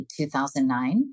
2009